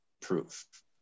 proof